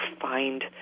find